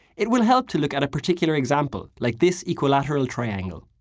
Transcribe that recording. it will help to look at a particular example, like this equilateral triangle.